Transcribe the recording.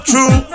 True